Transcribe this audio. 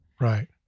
Right